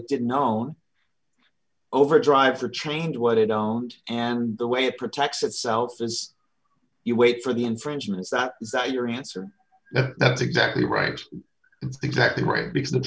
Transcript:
it did known over drive for change what it don't and the way it protects itself as you wait for the infringements that that your answer that's exactly right exactly right because the